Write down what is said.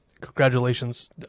Congratulations